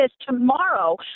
tomorrow